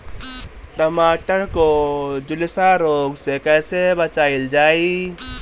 टमाटर को जुलसा रोग से कैसे बचाइल जाइ?